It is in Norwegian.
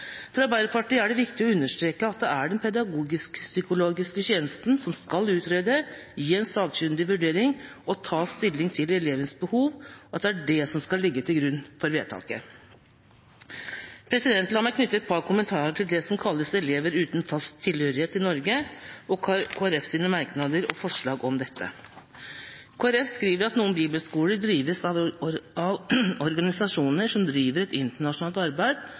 For Arbeiderpartiet er det viktig å understreke at det er pedagogisk-psykologisk tjeneste som skal utrede, gi en sakkyndig vurdering og ta stilling til elevens behov, og at det er det som skal ligge til grunn for vedtaket. La meg knytte et par kommentarer til det som kalles elever uten fast tilhørighet i Norge, og Kristelig Folkepartis merknader og forslag om dette. Kristelig Folkeparti skriver at noen bibelskoler drives av organisasjoner som driver et internasjonalt arbeid,